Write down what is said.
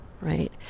right